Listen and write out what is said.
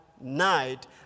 night